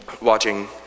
watching